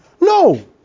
No